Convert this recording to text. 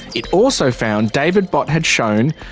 it also found david bott had shown,